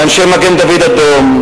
לאנשי מגן-דוד-אדום.